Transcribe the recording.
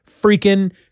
freaking